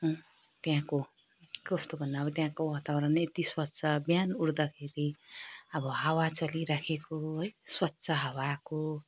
त्यहाँको कस्तो भन्नु अब त्यहाँको वातावरणै यति स्वच्छ बिहान उठ्दाखेरि अब हावा चलिरहेको है स्वच्छ हावा आएको